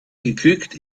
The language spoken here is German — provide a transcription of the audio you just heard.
geglückt